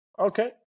Okay